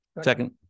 Second